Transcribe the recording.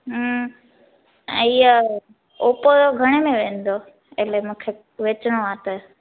हूं ऐं इअ ओपो जो घणे में वेंदो एन मूंखे बेचणो आहे त